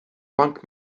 funk